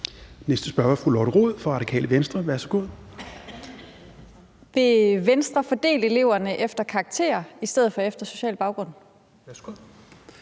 Næste spørger er fru Lotte Rod fra Radikale Venstre. Værsgo. Kl. 16:48 Lotte Rod (RV): Vil Venstre fordele eleverne efter karakterer i stedet for efter social baggrund? Kl.